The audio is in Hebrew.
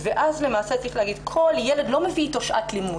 ואז צריך להגיד שכל ילד לא מביא אתו שעת לימוד,